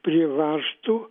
prie varžtų